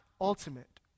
ultimate